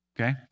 Okay